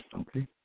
Okay